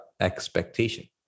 expectation